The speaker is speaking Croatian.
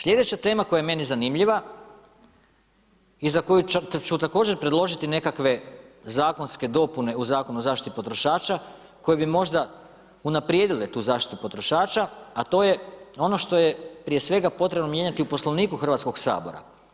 Slijedeća tema koja je meni zanimljiva i za koju ću također predložiti nekakve zakonske dopune u Zakonu o zaštitit potrošača koje bi možda unaprijedile tu zaštitu potrošača, a to je ono što je prije svega potrebno mijenjati u Poslovniku Hrvatskog sabora.